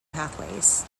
pathways